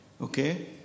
Okay